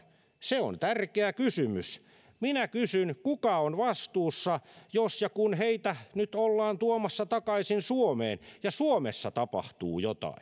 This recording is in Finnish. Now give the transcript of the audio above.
se on tärkeä kysymys minä kysyn kuka on vastuussa jos ja kun heitä nyt ollaan tuomassa takaisin suomeen ja suomessa tapahtuu jotain